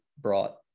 brought